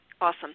awesome